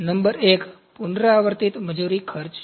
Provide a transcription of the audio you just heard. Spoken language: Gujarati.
નંબર 1 પુનરાવર્તિત મજૂર ખર્ચ છે